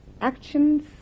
actions